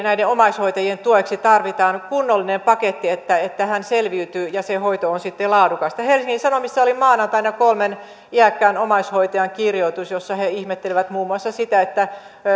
näiden omaishoitajien tueksi tarvittaisiin kuitenkin kunnollinen paketti että että he selviytyvät ja se hoito on sitten laadukasta helsingin sanomissa oli maanantaina kolmen iäkkään omaishoitajan kirjoitus jossa he he ihmettelivät muun muassa sitä että